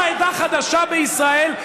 קמה עדה חדשה בישראל.